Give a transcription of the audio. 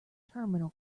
terminal